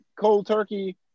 cold-turkey